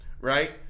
right